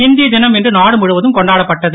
ஹிந்தி தினம் இன்று நாடு முழுவதும் கொண்டாடப்பட்டது